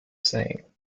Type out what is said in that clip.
saying